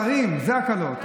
הקלות על השרים, זה הקלות.